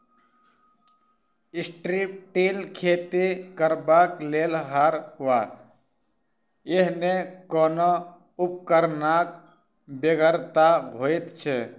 strip till खेती करबाक लेल हर वा एहने कोनो उपकरणक बेगरता होइत छै